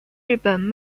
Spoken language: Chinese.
日本